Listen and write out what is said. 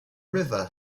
river